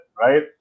right